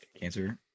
cancer